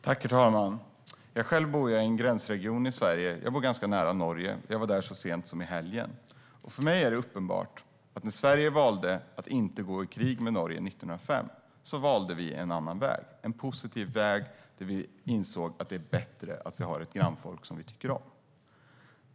Herr talman! Jag bor i en gränsregion i Sverige, ganska nära Norge, där jag var så sent som i helgen. För mig är det uppenbart att när Sverige valde att inte gå i krig med Norge 1905 valde vi en annan väg - en positiv väg där vi insåg att det är bättre att vi har ett grannfolk som vi tycker om.